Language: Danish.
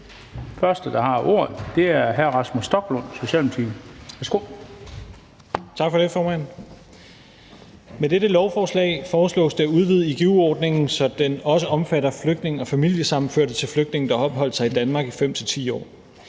Værsgo. Kl. 13:07 (Ordfører) Rasmus Stoklund (S): Tak for det, formand. Med dette lovforslag foreslås det at udvide igu-ordningen, så den også omfatter flygtninge og familiesammenførte til flygtninge, der har opholdt sig i Danmark i 5-10 år.